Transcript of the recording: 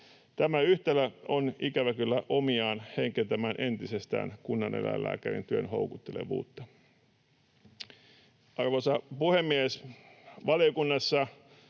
Tämä yhtälö on ikävä kyllä omiaan heikentämään entisestään kunnaneläinlääkärin työn houkuttelevuutta. Arvoisa puhemies! Valiokunnassa